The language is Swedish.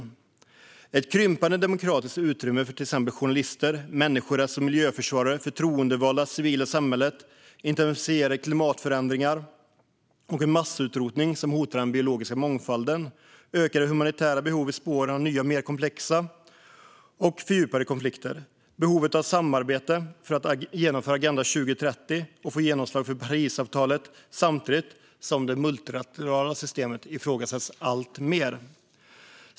Den behövs för att motverka ett krympande demokratiskt utrymme för till exempel journalister, människorätts och miljöförsvarare, förtroendevalda och det civila samhället. Intensifierade klimatförändringar pågår, och en massutrotning hotar den biologiska mångfalden. Det råder ökade humanitära behov i spåren av nya, mer komplexa och fördjupade konflikter. Behovet av samarbete för att genomföra Agenda 2030 och få genomslag för Parisavtalet ökar samtidigt som det multilaterala systemet ifrågasätts allt mer.